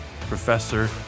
professor